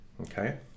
okay